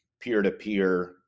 peer-to-peer